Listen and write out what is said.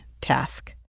task